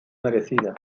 merecida